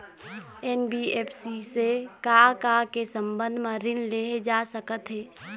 NBFC से का का के संबंध म ऋण लेहे जा सकत हे?